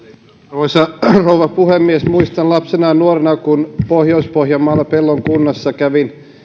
arvoisa rouva puhemies muistan kun lapsena ja nuorena pohjois pohjanmaalla pellon kunnassa kävin